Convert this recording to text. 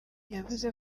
yavuze